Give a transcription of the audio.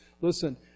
Listen